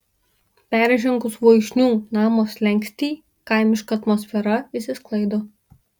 peržengus voišnių namo slenkstį kaimiška atmosfera išsisklaido